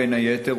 בין היתר,